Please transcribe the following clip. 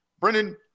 Brendan